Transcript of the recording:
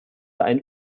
ein